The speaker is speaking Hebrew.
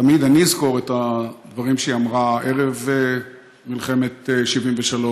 תמיד אני אזכור את הדברים שהיא אמרה ערב מלחמת 73',